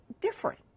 different